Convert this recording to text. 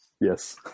Yes